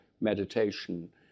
meditation